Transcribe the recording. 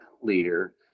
leader